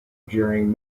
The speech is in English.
during